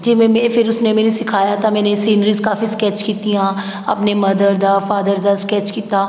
ਜਿਵੇਂ ਮੈ ਫਿਰ ਉਸਨੇ ਮੈਨੂੰ ਸਿਖਾਇਆ ਤਾਂ ਮੈਨੇ ਸੀਨਰੀਜ਼ ਕਾਫੀ ਸਕੈਚ ਕੀਤੀਆਂ ਆਪਣੇ ਮਦਰ ਦਾ ਫਾਦਰ ਦਾ ਸਕੈੱਚ ਕੀਤਾ